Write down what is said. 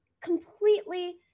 completely